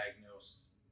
diagnosed